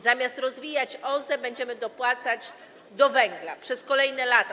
Zamiast rozwijać OZE, będziemy dopłacać do węgla przez kolejne lata.